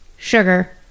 Sugar